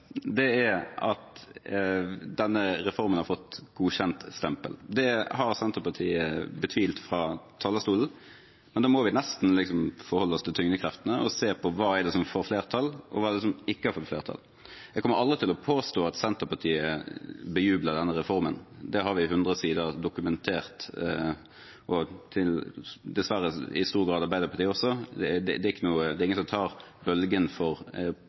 Det jeg har sagt, er at denne reformen har fått godkjentstempel. Det har Senterpartiet betvilt fra talerstolen. Men da må vi nesten forholde oss til tyngdekreftene og se på hva som har fått flertall, og hva som ikke har fått flertall. Jeg kommer aldri til å påstå at Senterpartiet bejubler denne reformen. Det har vi fått dokumentert på 100 sider. Det gjelder dessverre i stor grad også Arbeiderpartiet. Det er ingen som tar bølgen for politireformen i opposisjonen. Men fundamentene består. Det er ikke forslag som